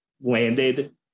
landed